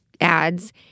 ads